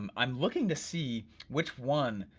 um i'm looking to see which one,